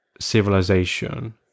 civilization